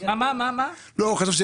בפנינו.